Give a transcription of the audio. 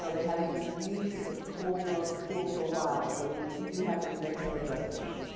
so they haven't been used as a full-blown school for a while, so you do have to make some adjustments.